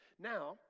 Now